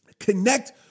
Connect